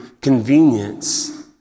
convenience